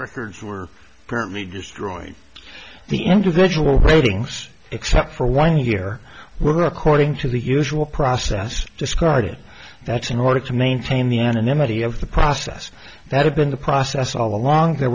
records were apparently destroyed the individual writings except for one year were according to the usual process discarded that's in order to maintain the anonymity of the process that had been the process all along there